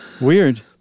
Weird